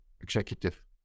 executive